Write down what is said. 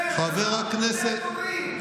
חבר הכנסת, סכסוך של 100 שנה, איך פותרים?